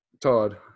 Todd